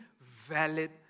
valid